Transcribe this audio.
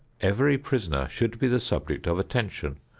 every prisoner should be the subject of attention,